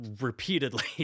repeatedly